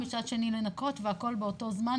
מצד שני לנקות והכל באותו זמן,